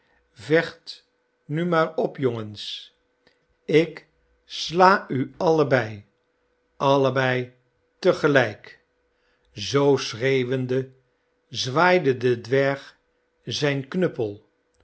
vecht nu maar op jongens ik sta u allebei allebei te gelijk zoo schreeuwende zwaaide de dwerg zijn knuppel